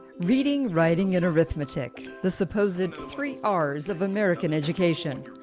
reading, writing, and arithmetic. the supposed and three ah rs of american education.